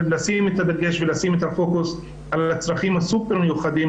לשים את הדגש ולשים את הפוקוס על הצרכים הסופר מיוחדים,